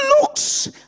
looks